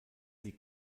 sie